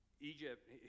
Egypt